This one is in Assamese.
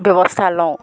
ব্যৱস্থা লওঁ